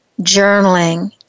Journaling